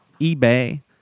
eBay